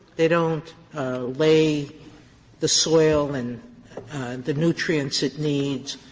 they don't lay the soil and the nutrients it needs,